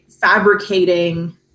fabricating